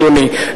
אדוני,